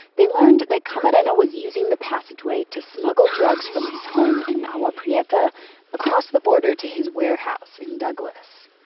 they learned that camarena was using the passageway to smuggle drugs from his home in agua prieta across the border to his warehouse in douglas.